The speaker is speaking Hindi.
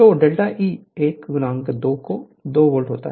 तो डेल्टा E 1 2 तो 2 वोल्ट होगा